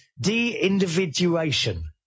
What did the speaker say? de-individuation